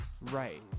Right